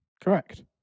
Correct